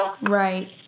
Right